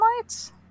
lights